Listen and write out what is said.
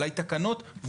אולי תקנות,